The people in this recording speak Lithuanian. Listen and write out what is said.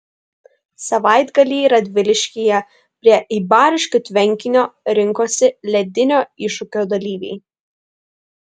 savaitgalį radviliškyje prie eibariškių tvenkinio rinkosi ledinio iššūkio dalyviai